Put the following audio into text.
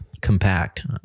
Compact